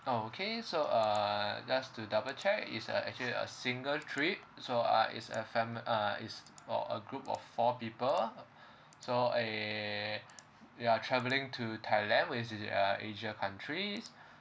okay so uh just to double check is a actually a single trip so uh is a family uh is uh a group of four people so uh you're travelling to thailand uh asia countries